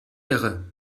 irre